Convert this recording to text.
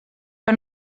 que